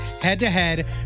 head-to-head